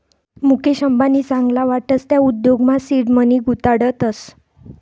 मुकेश अंबानी चांगला वाटस त्या उद्योगमा सीड मनी गुताडतस